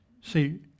See